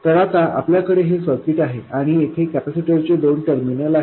तर आता आपल्याकडे हे सर्किट आहे आणि येथे कॅपेसिटर चे दोन टर्मिनल आहेत